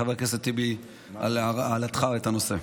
חבר הכנסת טיבי, על העלאת הנושא.